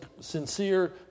sincere